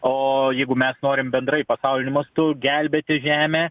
o jeigu mes norim bendrai pasauliniu mastu gelbėti žemę